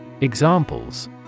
Examples